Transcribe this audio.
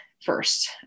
first